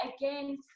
again